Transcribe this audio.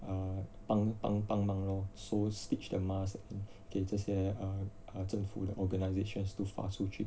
err 帮帮帮忙咯 so stitch the mask 给这些啊政府的 organizations to 发出去